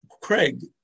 Craig